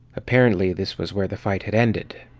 apparently this was where the fight had ended.